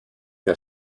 der